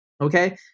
okay